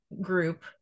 group